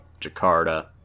Jakarta